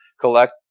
collect